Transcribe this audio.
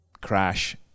crash